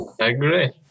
agree